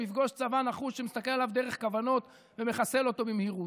יפגוש צבא נחוש שמסתכל עליו דרך כוונות ומחסל אותו במהירות.